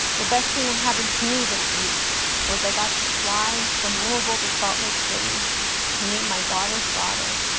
the best thing that happened to me this week was i got to fly from louisville to salt lake city to meet my daughter's daughter,